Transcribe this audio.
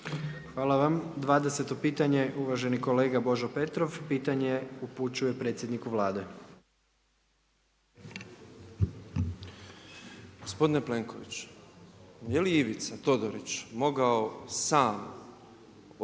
Hvala vam, 20.-to pitanje uvaženi kolega Božo Petrov, pitanje upućuje predsjedniku Vlade. **Petrov, Božo (MOST)** Gospodine Plenkoviću, je li Ivica, Todorić mogao sam od